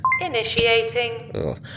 Initiating